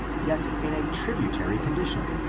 yet in a tributary condition.